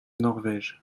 norvège